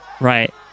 Right